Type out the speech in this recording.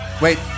Wait